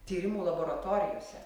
tyrimų laboratorijose